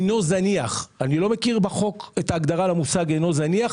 אני לא מכיר בחוק את ההגדרה למושג: "אינו זניח".